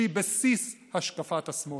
שהיא בסיס השקפת השמאל.